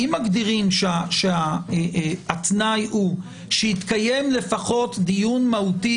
אם מגדירים שהתנאי הוא שיתקיים לפחות דיון מהותי